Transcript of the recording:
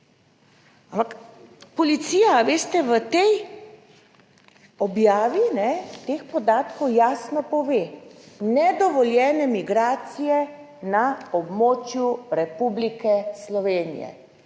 Ampak policija, a veste, v tej objavi teh podatkov jasno pove nedovoljene migracije na območju Republike Slovenije.